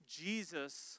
Jesus